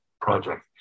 project